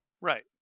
Right